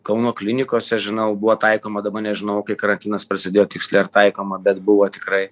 kauno klinikose žinau buvo taikoma dabar nežinojau kai karantinas prasidėjo tiksliai ar taikoma bet buvo tikrai